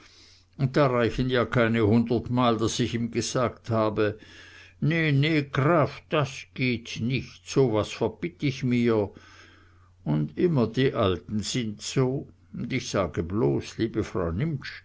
und da reichen ja keine hundert mal daß ich ihm gesagt habe ne ne graf das geht nicht so was verbitt ich mir und immer die alten sind so und ich sage bloß liebe frau